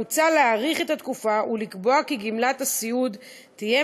מוצע להאריך את התקופה ולקבוע כי גמלת הסיעוד תהיה